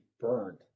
burned